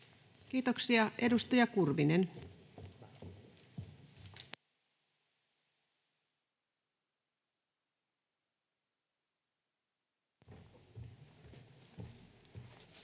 Kiitoksia. — Edustaja Kurvinen. Arvoisa